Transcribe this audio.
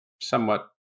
somewhat